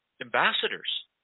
ambassadors